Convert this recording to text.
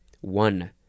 one